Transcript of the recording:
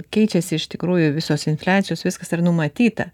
keičiasi iš tikrųjų visos infliacijos viskas yra numatyta